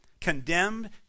Condemned